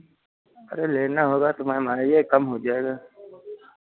अरे लेना होगा तो मैम आइए कम हो जाएगा